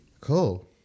cool